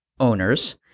owners